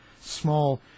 small